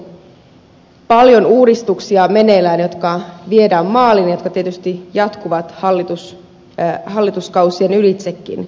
meneillään on paljon uudistuksia jotka viedään maaliin ja jotka tietysti jatkuvat hallituskausien ylitsekin